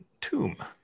tomb